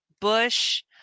Bush